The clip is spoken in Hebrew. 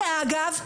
שאגב,